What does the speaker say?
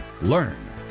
learn